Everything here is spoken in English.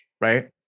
Right